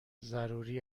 ضروری